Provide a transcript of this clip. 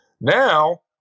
now